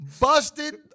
busted